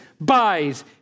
buys